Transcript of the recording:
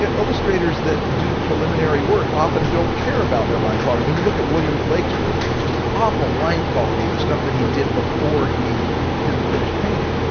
yeah illustrators that do preliminary work often don't care about their line quality. when you look at william blake's work, it's just awful line quality, the stuff that he did before he did the finish painting.